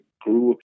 grew